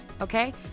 okay